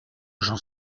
j’en